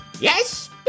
Yes